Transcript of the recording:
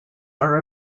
are